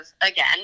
again